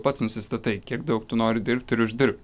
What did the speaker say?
pats nusistatai kiek daug tu nori dirbti ir uždirbt